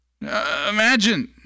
Imagine